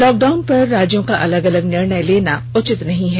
lockdown पर राज्यों का अलग अलग निर्णय लेना उचित नहीं है